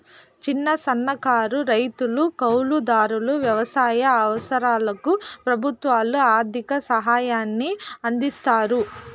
చిన్న, సన్నకారు రైతులు, కౌలు దారులకు వ్యవసాయ అవసరాలకు ప్రభుత్వాలు ఆర్ధిక సాయాన్ని అందిస్తాయి